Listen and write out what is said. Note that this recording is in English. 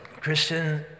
Christian